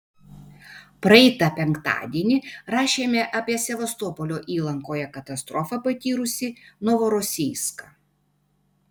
praeitą penktadienį rašėme apie sevastopolio įlankoje katastrofą patyrusį novorosijską